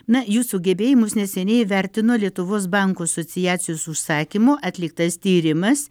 na jūsų gebėjimus neseniai įvertino lietuvos bankų asociacijos užsakymu atliktas tyrimas